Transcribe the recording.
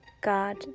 God